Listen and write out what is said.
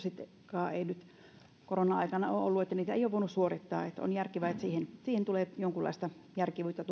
kurssejakaan ei nyt korona aikana ole ollut eikä niitä ei ole voinut suorittaa eli on järkevää että aikatauluun tulee jonkinlaista järkevyyttä